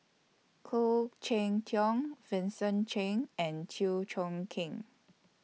Khoo Cheng Tiong Vincent Cheng and Chew Chong Keng